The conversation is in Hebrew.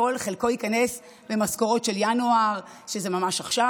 חלקו ייכנס במשכורות של ינואר, שזה ממש עכשיו.